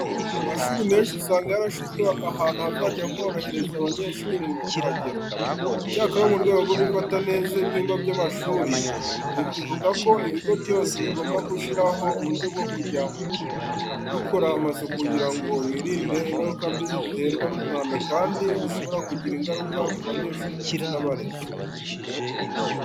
Amashuri menshi usanga yarashyizwe ahantu hazajya horohereza abanyeshuri mu kuhagera. Icyakora, mu rwego rwo gufata neza ibyumba by'amashuri, Leta ivuga ko ibigo byose bigomba gushyiraho uburyo bwo kujya bikora amasuku kugira ngo birinde ingaruka mbi ziterwa n'umwanda kandi zishobora kugira igaruka ku banyeshuri ndetse n'abarezi.